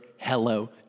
Hello